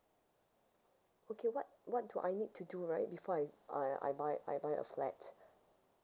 okay what what do I need to do right before I I uh I buy I buy a flat